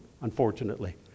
unfortunately